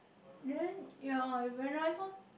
then ye you realise loh